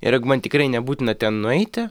ir jeigu man tikrai nebūtina ten nueiti